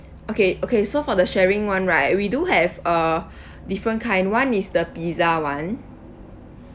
okay okay so for the sharing [one] right we do have uh different kind [one] is the pizza [one]